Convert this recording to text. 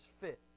fit